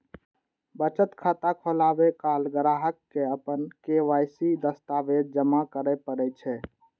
बचत खाता खोलाबै काल ग्राहक कें अपन के.वाई.सी दस्तावेज जमा करय पड़ै छै